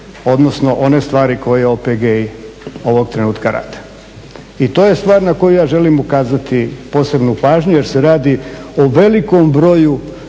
odnosno one stvari koje OPG-i ovog trenutka rade. I to je stvar na koju ja želim ukazati posebnu pažnju jer se radi o velikom broju